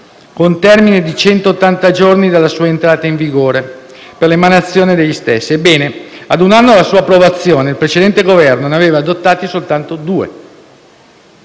con termine di centottanta giorni dalla sua entrata in vigore, per l'emanazione degli stessi. Ebbene, a un anno dalla sua approvazione, il precedente Governo ne aveva adottati soltanto due.